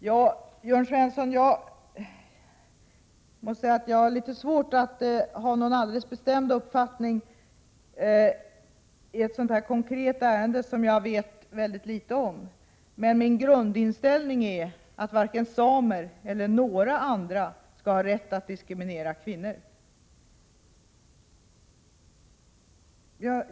Jag har, Jörn Svensson, litet svårt att ha någon alldeles bestämd uppfattning i det ifrågavarande konkreta ärendet, som jag vet mycket litet om. Min grundinställning är att varken samer eller några andra skall ha rätt att diskriminera kvinnor.